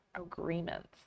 agreements